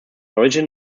origin